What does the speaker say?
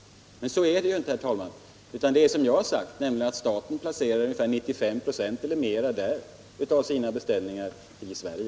Men så är det ju inte, herr talman, utan det är som jag har sagt att staten placerar 95 96 eller mera av sina beställningar i Sverige.